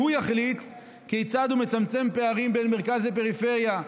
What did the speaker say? שהוא יחליט כיצד הוא מצמצם פערים בין המרכז לפריפריה.